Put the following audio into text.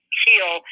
heal